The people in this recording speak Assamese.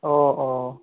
অঁ অঁ